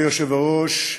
אדוני היושב-ראש,